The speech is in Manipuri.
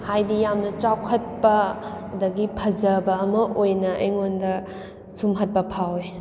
ꯍꯥꯏꯗꯤ ꯌꯥꯝꯅ ꯆꯥꯎꯈꯠꯄ ꯑꯗꯒꯤ ꯐꯖꯕ ꯑꯃ ꯑꯣꯏꯅ ꯑꯩꯉꯣꯟꯗ ꯁꯨꯝꯃꯠꯄ ꯐꯥꯎꯋꯦ